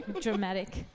Dramatic